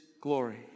glory